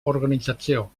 organització